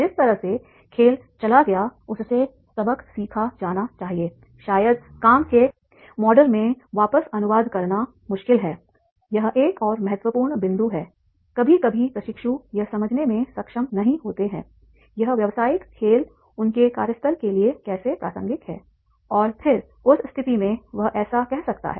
जिस तरह से खेल चला गया उससे सबक सीखा जाना चाहिए शायद काम के मॉडल में वापस अनुवाद करना मुश्किल है यह एक और महत्वपूर्ण बिंदु है कभी कभी प्रशिक्षु यह समझने में सक्षम नहीं होते हैं यह व्यवसायिक खेल उनके कार्यस्थल के लिए कैसे प्रासंगिक है और फिर उस स्थिति में वह ऐसा कह सकता है